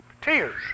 Tears